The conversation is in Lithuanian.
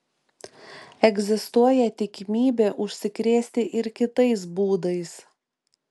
egzistuoja tikimybė užsikrėsti ir kitais būdais